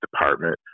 Department